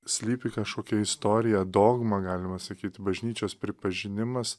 slypi kašokia istorija dogma galima sakyt bažnyčios pripažinimas